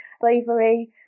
slavery